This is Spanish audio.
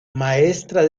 maestra